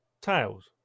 tails